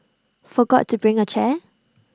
forgot to bring A chair